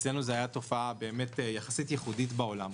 אצלנו זאת הייתה תופעה יחסית ייחודית בעולם,